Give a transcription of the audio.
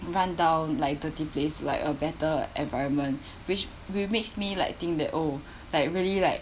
rundown like dirty place like a better environment which will makes me like think that oh like really like